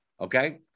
Okay